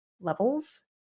levels